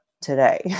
today